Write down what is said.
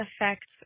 affects